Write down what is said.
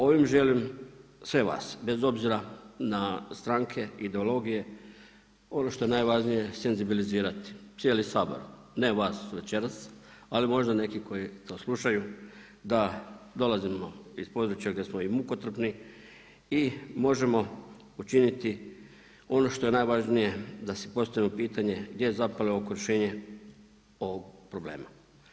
Ovim želim sve vas, bez obzira na stranke, ideologije, ono što je najvažnije senzibilizirati, cijeli Sabor, ne vas večeras ali možda neki koji to slušaju da dolazimo iz područja gdje smo i mukotrpni i možemo učiniti ono što je najvažnije da si postavimo pitanje gdje je zapelo oko rješenja ovog problema?